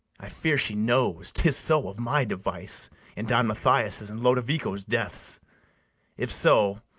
i fear she knows tis so of my device in don mathias' and lodovico's deaths if so,